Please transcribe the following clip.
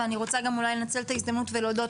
אני רוצה גם לנצל את ההזדמנות ולהודות